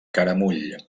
caramull